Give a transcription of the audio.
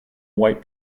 white